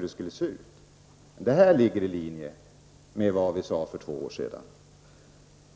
Detta beslut ligger i linje med vad vi sade för två år sedan.